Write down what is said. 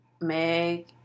Meg